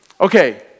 Okay